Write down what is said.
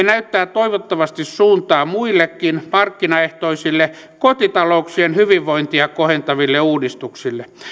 näyttää toivottavasti suuntaa muillekin markkinaehtoisille kotitalouksien hyvinvointia kohentaville uudistuksille